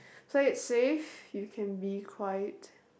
so it's safe you can be quite